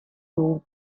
dugu